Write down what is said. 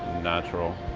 natural.